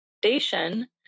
station